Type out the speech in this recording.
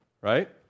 right